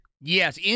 Yes